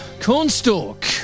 cornstalk